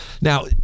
Now